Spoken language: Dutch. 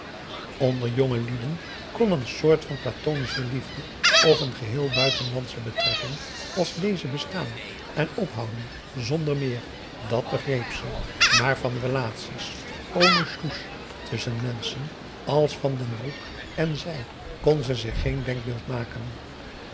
onder jongelieden kon een soort van platonische liefde of een geheel buitenlandsche betrekking als deze bestaan en ophouden zonder meer dàt begreep ze maar van relaties ohne schluss tusschen menschen als van den broek en zij kon ze zich geen denkbeeld maken